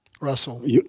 Russell